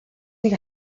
нэг